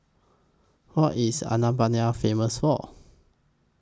What IS Albania Famous For